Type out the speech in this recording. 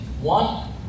One